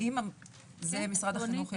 זה משרד החינוך יגיד,